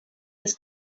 das